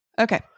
Okay